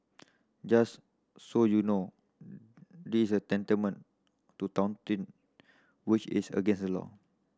just so you know this is tantamount to touting which is against the law